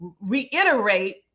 reiterate